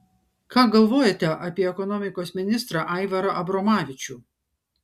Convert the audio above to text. ką galvojate apie ekonomikos ministrą aivarą abromavičių